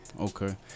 Okay